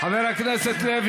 אני מכיר את אימא שלך, שתחיה.